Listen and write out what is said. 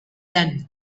than